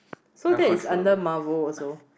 so that is under Marvel also